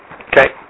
Okay